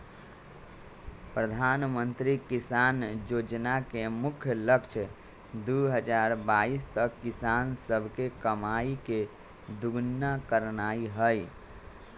प्रधानमंत्री किसान जोजना के मुख्य लक्ष्य दू हजार बाइस तक किसान सभके कमाइ के दुगुन्ना करनाइ हइ